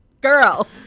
Girl